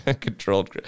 controlled